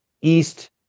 East